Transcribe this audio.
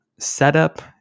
setup